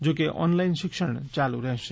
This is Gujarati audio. જો કે ઓનલાઇન શિક્ષણ ચાલુ રહેશે